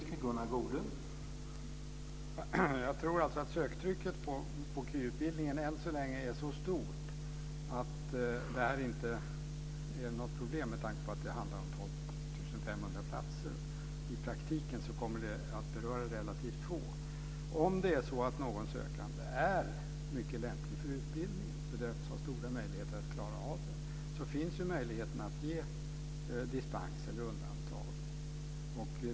Herr talman! Jag tror att söktrycket på KY än så länge är så stort att det här inte är något problem med tanke på att det handlar om 12 500 platser. I praktiken kommer det att beröra relativt få. Om någon sökande är mycket lämplig för utbildningen och bedöms ha stora möjligheter att klara av det finns möjligheten att ge dispens eller undantag.